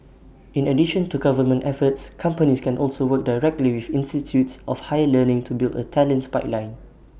in addition to government efforts companies can also work directly with institutes of higher learning to build A talents pipeline